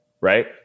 right